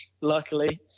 luckily